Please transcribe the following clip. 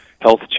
health